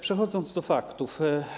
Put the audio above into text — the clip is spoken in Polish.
Przechodzę do faktów.